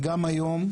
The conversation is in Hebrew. וגם היום,